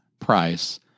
price